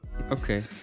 Okay